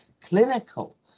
Clinical